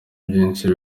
byinshi